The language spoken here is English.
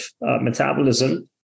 metabolism